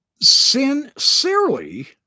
sincerely